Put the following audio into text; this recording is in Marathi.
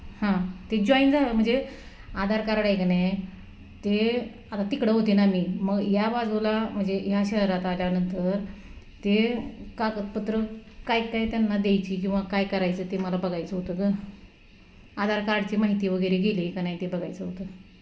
हां ते जॉईन झा म्हणजे आधार कार्ड आहे की नाही ते आता तिकडं होते ना मी मग या बाजूला म्हणजे या शहरात आल्यानंतर ते कागदपत्रं काय काय त्यांना द्यायची किंवा काय करायचं ते मला बघायचं होतं गं आधार कार्डची माहिती वगैरे गेली आहे का नाही ते बघायचं होतं